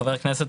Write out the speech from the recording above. חבר הכנסת,